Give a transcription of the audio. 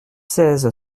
seize